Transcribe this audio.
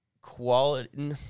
quality